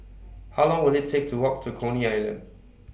How Long Will IT Take to Walk to Coney Island